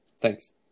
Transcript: thanks